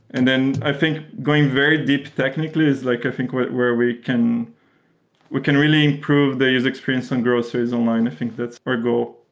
and i think going very deep technically is like i think where where we can we can really improve the user experience on groceries online. i think that's our goal.